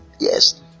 yes